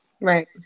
Right